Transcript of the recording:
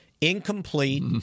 incomplete